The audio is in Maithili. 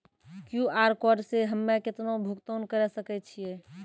क्यू.आर कोड से हम्मय केतना भुगतान करे सके छियै?